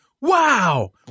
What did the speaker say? wow